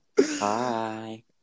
Hi